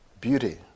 beauty